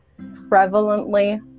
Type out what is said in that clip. prevalently